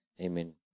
Amen